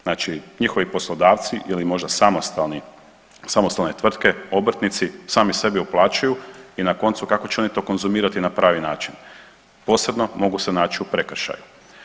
Znači njihovi poslodavci ili možda samostalni, samostalne tvrtke obrtnici sami sebi uplaćuju i na koncu kako će oni to konzumirati na pravi način, posebno mogu se nać u prekršaju.